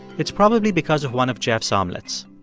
it's probably because of one of jeff's omelets.